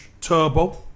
Turbo